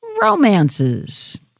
romances